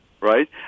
Right